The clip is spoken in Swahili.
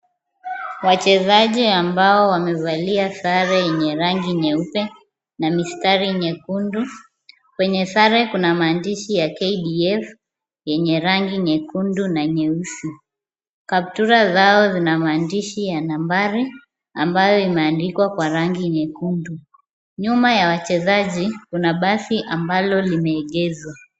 Wachezaji ambao wamevalia sare yenye rangi nyeupe na mistari nyekundu. Kwenye sare kuna maandishi ya KDF yenye rangi nyekundu na nyeusi. Kaptura zao zina maandishi ya nambari ambayo imeandikwa kwa rangi nyekundu. Nyuma ya wachezaji kuna basi ambalo limeegezwa.